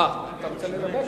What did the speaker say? אתה רוצה לנמק?